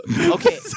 okay